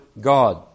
God